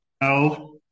No